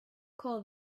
call